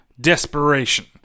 desperation